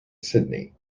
sydney